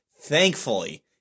Thankfully